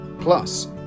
Plus